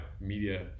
media